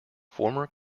former